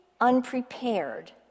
unprepared